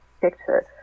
picture